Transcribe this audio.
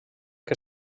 que